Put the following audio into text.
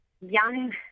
young